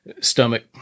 stomach